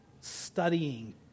studying